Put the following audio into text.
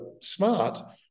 smart